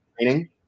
training